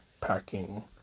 packing